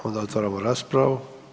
Onda otvaramo raspravu.